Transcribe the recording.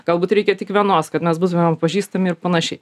galbūt reikia tik vienos kad mes būtumėm pažįstami ir panašiai